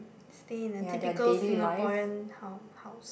stay in a typical Singaporean hou~ house